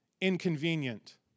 inconvenient